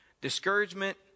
discouragement